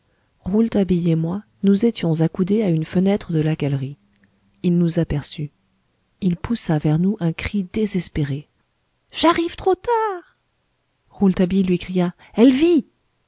rouletabille et moi nous étions accoudés à une fenêtre de la galerie il nous aperçut il poussa vers nous un cri désespéré j'arrive trop tard rouletabille lui cria elle vit